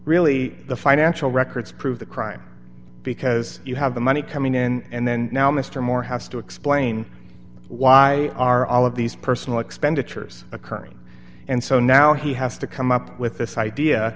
really the financial records prove the crime because you have the money coming in and then now mr moore has to explain why are all of these personal expenditures occurring and so now he has to come up with this idea